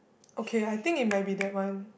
okay I think it might be that one